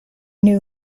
new